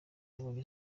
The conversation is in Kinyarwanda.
yabonye